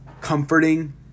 comforting